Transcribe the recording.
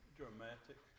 dramatic